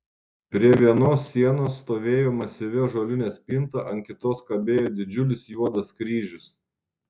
prie vienos sienos stovėjo masyvi ąžuolinė spinta ant kitos kabėjo didžiulis juodas kryžius